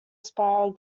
spiral